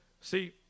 See